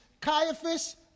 Caiaphas